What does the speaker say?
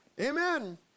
Amen